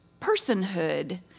personhood